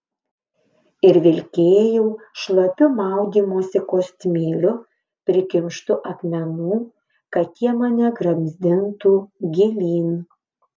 ir vilkėjau šlapiu maudymosi kostiumėliu prikimštu akmenų kad tie mane gramzdintų gilyn